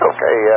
Okay